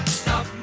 stop